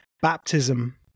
baptism